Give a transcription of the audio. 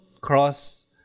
cross